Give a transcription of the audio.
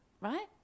right